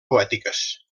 poètiques